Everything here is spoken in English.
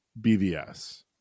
BVS